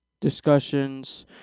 discussions